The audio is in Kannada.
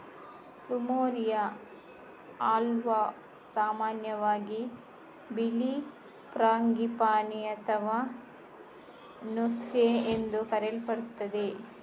ಪ್ಲುಮೆರಿಯಾ ಆಲ್ಬಾ ಸಾಮಾನ್ಯವಾಗಿ ಬಿಳಿ ಫ್ರಾಂಗಿಪಾನಿ ಅಥವಾ ನೋಸ್ಗೇ ಎಂದು ಕರೆಯಲ್ಪಡುತ್ತದೆ